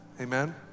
amen